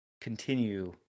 continue